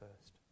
first